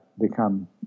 become